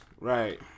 Right